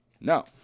No